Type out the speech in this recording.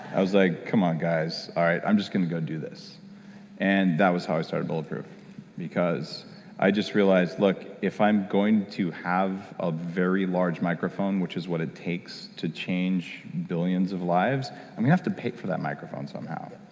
i was like, come on guys, i'm just gonna go do this and that was how started bulletproof because i just realized, look if i'm going to have a very large microphone, which is what it takes to change billions of lives, i'm gonna have to pay for that microphone somehow.